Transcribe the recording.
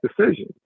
decisions